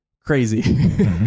crazy